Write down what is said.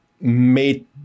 made